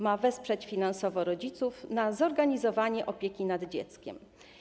Ma wesprzeć finansowo rodziców w zakresie zorganizowania opieki nad dzieckiem.